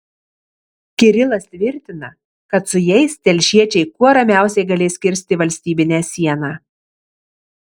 kirilas tvirtina kad su jais telšiečiai kuo ramiausiai galės kirsti valstybinę sieną